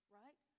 right